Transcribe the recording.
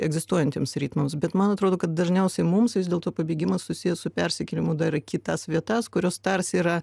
egzistuojantiems ritmams bet man atrodo kad dažniausiai mums vis dėlto pabėgimas susijęs su persikėlimu dar į kitas vietas kurios tarsi yra